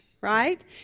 right